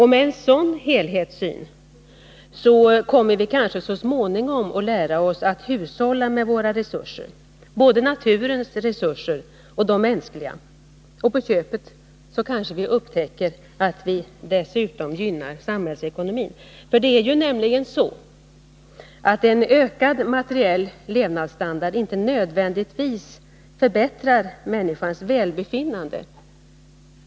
Med en sådan helhetssyn kommer vi kanske så småningom att lära oss att hushålla med våra resurser — både naturens resurser och de mänskliga. På köpet kanske vi upptäcker att vi dessutom gynnar samhällsekonomin. Det är nämligen så att en ökad materiell levnadsstandard inte nödvändigtvis förbättrar människans välbefinnande.